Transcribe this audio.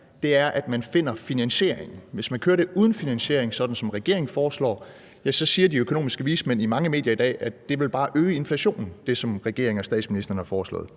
dér er, at man finder finansieringen. Hvis man kører det uden finansiering, sådan som regeringen foreslår, så vil det, ligesom de økonomiske vismænd siger i mange medier i dag, bare øge inflationen, altså det, som regeringen og statsministeren har foreslået.